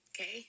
Okay